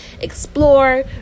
explore